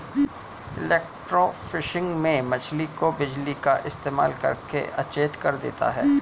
electrofishing में मछली को बिजली का इस्तेमाल करके अचेत कर देते हैं